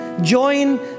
join